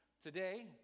Today